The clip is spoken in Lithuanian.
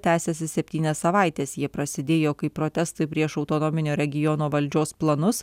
tęsiasi septynias savaites jie prasidėjo kaip protestai prieš autonominio regiono valdžios planus